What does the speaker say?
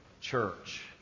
church